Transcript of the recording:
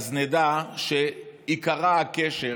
אז נדע שייקרע הקשר